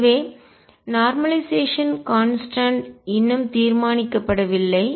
எனவே நார்மலைசேஷன் கான்ஸ்டன்ட்தரநிலை மாறிலி இன்னும் தீர்மானிக்கப்படவில்லை